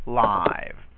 live